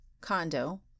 condo